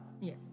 Yes